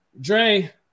Dre